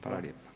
Hvala lijepa.